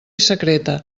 secreta